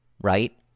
right